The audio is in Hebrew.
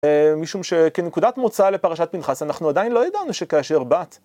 משום שכנקודת מוצא לפרשת פנחס, אנחנו עדיין לא ידענו שכאשר בת.